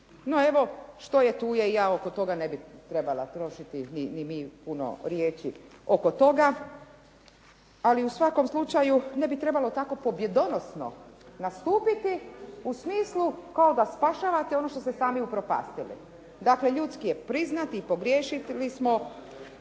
No evo, što je tu je, ja oko toga ne bih trebala trošiti ni puno riječi oko toga, ali u svakom slučaju ne bi trebalo tako pobjedonosno nastupiti u smislu kao da spašavate ono što ste sami upropastili. Dakle, ljudski je priznati i pogriješili smo.